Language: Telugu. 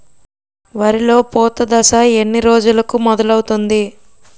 వరిలో పూత దశ ఎన్ని రోజులకు మొదలవుతుంది?